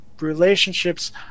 relationships